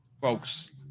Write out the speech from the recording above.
folks